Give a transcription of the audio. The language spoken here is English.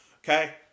okay